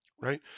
right